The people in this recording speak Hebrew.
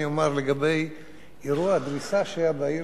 אני אומר לגבי אירוע הדריסה שהיה בעיר